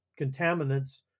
contaminants